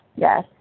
Yes